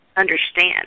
understand